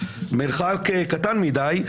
מרחק קטן מדי,